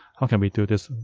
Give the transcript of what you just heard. how can we do this?